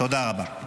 תודה רבה.